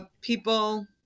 people